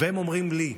והם אומרים לי,